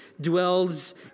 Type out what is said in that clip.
dwells